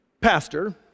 Pastor